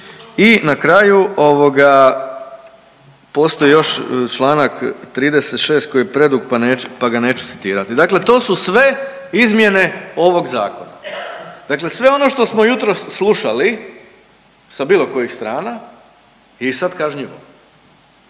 I na kraju ovoga postoji još Članak 36. koji je predug pa ga neću citirati. Dakle, to su sve izmjene ovog zakona. Dakle, sve ono što smo jutros slušali sa bilo kojih strana je i sad kažnjivo.